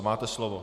Máte slovo.